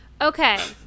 Okay